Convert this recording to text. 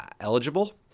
eligible